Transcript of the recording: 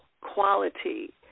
quality